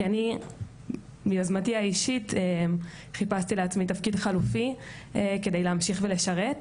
כי אני מיוזמתי האישית חיפשתי לעצמי תפקיד חלופי כדי להמשיך ולשרת.